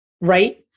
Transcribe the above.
right